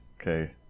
Okay